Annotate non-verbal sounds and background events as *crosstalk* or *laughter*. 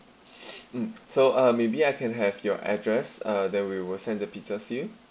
*noise* mm so uh maybe I can have your address uh then we will send the pizzas to you